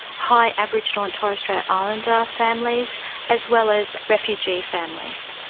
high aboriginal and torres strait islander families as well as refugee families.